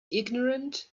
ignorant